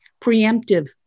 preemptive